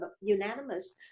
unanimous